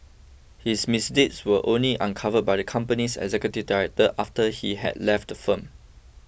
his misdeeds were only uncovered by the company's executive director after he had left the firm